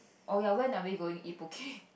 oh ya when are we going eat Poke